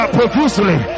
Profusely